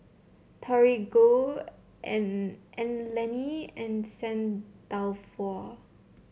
Torigo Anlene and Saint Dalfour